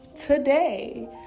today